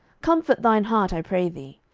comfort thine heart, i pray thee.